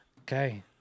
Okay